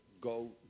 Go